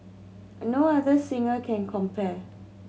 no other singer can compare